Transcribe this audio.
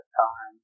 time